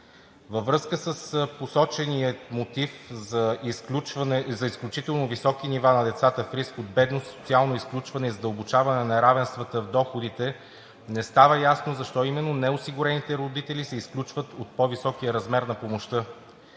Във връзка с посочения мотив за изключително високи нива на децата в риск от бедност, социално изключване и задълбочаване неравенствата в доходите не стана ясно защо именно неосигурените родители се изключват от по-високия размер на помощта.